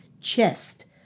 chest